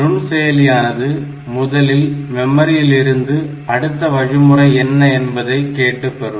நுண்செயலியானது முதலில் மெமரியிலிருந்து அடுத்த வழிமுறை என்ன என்பதை கேட்டு பெறும்